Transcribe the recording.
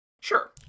Sure